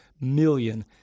million